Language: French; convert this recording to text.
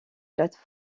plates